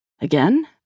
Again